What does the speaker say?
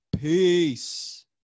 peace